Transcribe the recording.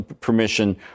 permission